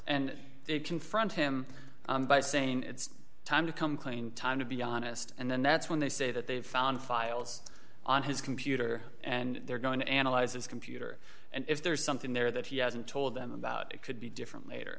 they confront him by saying it's time to come clean time to be honest and then that's when they say that they've found files on his computer and they're going to analyze his computer and if there's something there that he hasn't told them about it could be different later